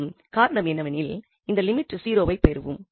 ஆகும் காரணம் என்னவெனில் இந்த லிமிட் 0 வை பெறும்